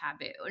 taboo